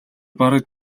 бараг